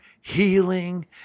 healing